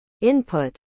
input